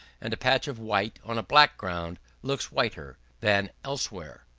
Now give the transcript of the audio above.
and a patch of white on a black ground looks whiter, than elsewhere.